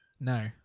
No